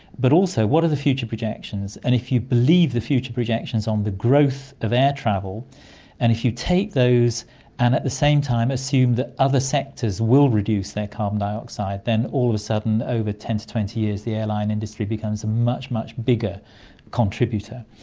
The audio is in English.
but also what are the future projections. and if you believe the future projections on the growth of air travel and if you take those and at the same time assume that other sectors will reduce their carbon dioxide, then all of a sudden over ten to twenty years the airline industry becomes a much, much bigger contributor.